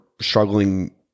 struggling